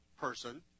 person